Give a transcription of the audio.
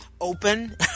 open